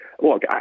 look